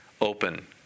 open